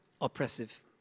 oppressive